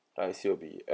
I_C will be